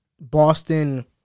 Boston